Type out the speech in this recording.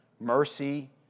mercy